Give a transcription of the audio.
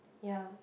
yea